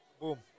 Boom